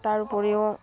তাৰ উপৰিও